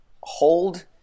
hold